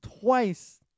twice